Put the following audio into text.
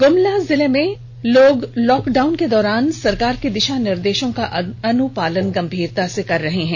गुमला जिले में लोग लॉक डाउन के दौरान सरकार के दिषा निर्देषों का अनुपालन गंभीरता से कर रहे हैं